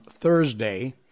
Thursday